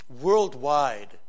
worldwide